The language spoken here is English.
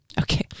Okay